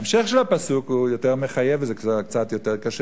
ההמשך של הפסוק הוא יותר מחייב וזה קצת יותר קשה